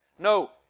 No